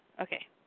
Okay